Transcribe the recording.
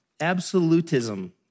Absolutism